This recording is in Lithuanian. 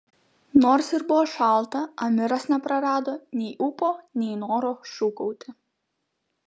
nors ir buvo šalta amiras neprarado nei ūpo nei noro šūkauti